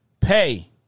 pay